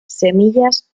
semillas